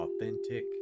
authentic